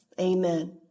amen